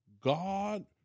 God